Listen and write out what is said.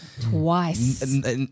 twice